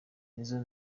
nizzo